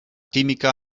química